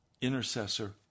Intercessor